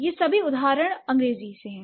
ये सभी अंग्रेजी उदाहरण हैं